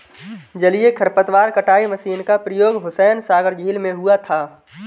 जलीय खरपतवार कटाई मशीन का प्रयोग हुसैनसागर झील में हुआ था